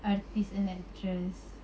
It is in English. artist and actress